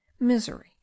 misery